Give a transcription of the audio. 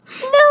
No